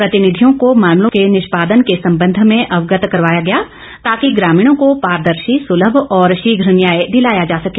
प्रतिनिधियों को मामलों के निष्पादन के संबंध में अवगत करवाया गया ताकि ग्रामीणों को पारदर्शी सुलम और शीघ्र न्याय दिलाया जा सके